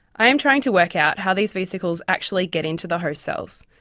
i am trying to work out how these vesicles actually get into the host cells,